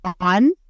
on